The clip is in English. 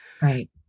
Right